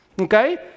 Okay